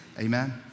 Amen